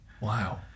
Wow